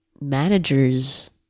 managers